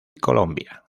colombia